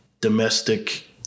domestic